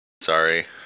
Sorry